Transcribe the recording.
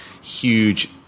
huge